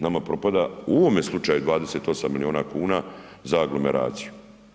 Nama propada u ovome slučaju 28 miliona kuna za aglomeraciju.